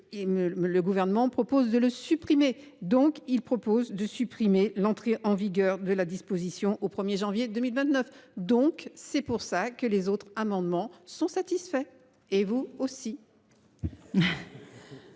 le gouvernement propose de le supprimer. Donc, il propose de supprimer l'entrée en vigueur de la disposition au 1er janvier 2029, donc c'est pour ça que les autres amendements sont satisfaits et vous aussi.